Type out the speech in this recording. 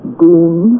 goon